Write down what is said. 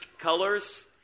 colors